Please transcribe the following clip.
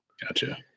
gotcha